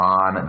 on